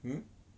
hmm